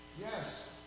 Yes